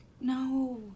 No